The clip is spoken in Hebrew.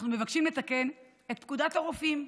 אנחנו מבקשים לתקן את פקודת הרופאים.